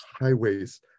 highways